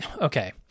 Okay